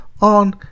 on